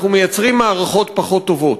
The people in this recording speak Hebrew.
אנחנו מייצרים מערכות פחות טובות.